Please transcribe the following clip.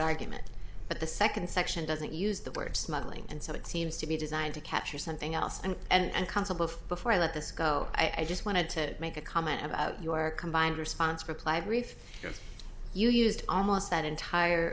argument but the second section doesn't use the word smuggling and so it seems to be designed to capture something else and and constable before i let this go i just wanted to make a comment about your combined response reply brief because you used almost that entire